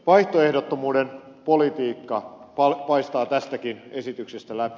vaihtoehdottomuuden politiikka paistaa tästäkin esityksestä läpi